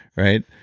right.